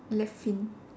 left fin